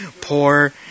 poor